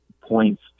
points